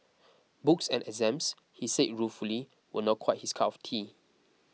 books and exams he says ruefully were not quite his cup of tea